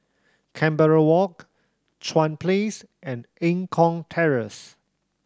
Canberra Walk Chuan Place and Eng Kong Terrace